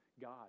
God